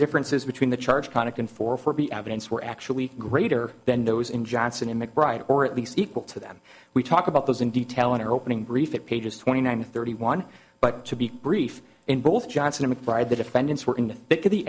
differences between the charge conduct and four for be evidence were actually greater than those in johnson and mcbride or at least equal to them we talk about those in detail in our opening brief it pages twenty nine thirty one but to be brief in both johnson mcbride the defendants were in